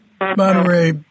Monterey